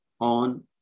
on